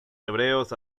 hebreos